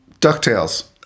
DuckTales